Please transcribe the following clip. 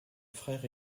frère